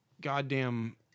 goddamn